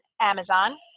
Amazon